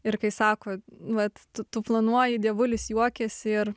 ir kai sako vat tu tu planuoji dievulis juokiasi ir